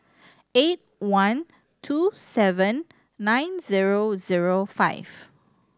eight one two seven nine zero zero five